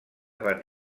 van